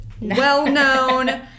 well-known